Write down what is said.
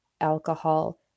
alcohol